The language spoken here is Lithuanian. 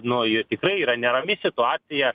nu i yra tikrai nerami situacija